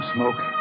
Smoke